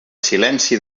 silenci